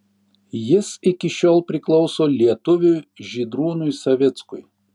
jis iki šiol priklauso lietuviui žydrūnui savickui